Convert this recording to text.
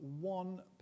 one